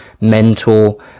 mental